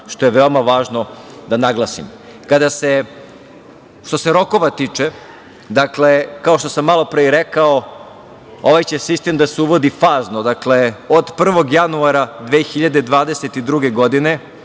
što je veoma važno da naglasim. Što se rokova tiče, kao što sam malopre i rekao, ovaj sistem će da se uvodi fazno, dakle, od 1. januara 2022. godine